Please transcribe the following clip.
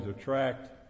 attract